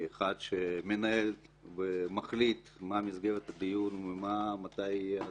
כמי שמנהל ומחליט מה מסגרת הדיון ומתי תהיה ההצבעה,